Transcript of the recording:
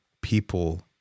people